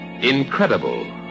Incredible